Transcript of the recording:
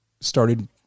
started